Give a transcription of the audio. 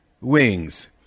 wings